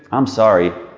i'm sorry,